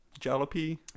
Jalopy